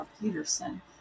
peterson